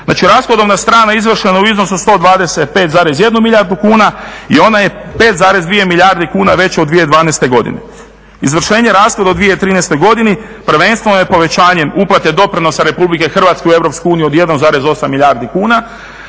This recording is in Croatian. Znači rashodovna strana izvršena je u iznosu od 125,1 milijardu kuna i ona je 5,2 milijarde kuna veća u 2012. godini. Izvršenje rashoda u 2013. godini prvenstveno je povećanjem uplate doprinosa Republike Hrvatske u Europsku uniju od 1,8 milijardi kuna,